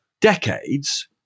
decades